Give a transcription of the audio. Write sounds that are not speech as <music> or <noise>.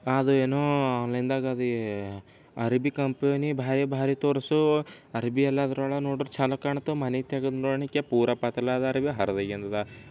ಅದು ಏನೋ ಆನ್ಲೈನ್ದಾಗೆ ಅದು ಅರಬಿ ಕಂಪನಿ ಭಾರಿ ಭಾರಿ ತೋರಿಸು ಅರೇಬಿಯಲ್ಲಾದ್ರೆ <unintelligible> ನೋಡಿದ್ರ ಛಲೋ ಕಾಣ್ತು ಮನೆಗೆ ತೆಗೆದ ನೋಡಣಿಕ್ಕೆ ಪೂರ ಪತಲಾ ಅದ ಅರ್ಬಿ ಹರ್ದ್ಯೋಗಿ ಅಂದದ